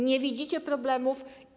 Nie widzicie problemów.